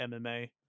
MMA